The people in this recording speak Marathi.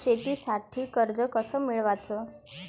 शेतीसाठी कर्ज कस मिळवाच?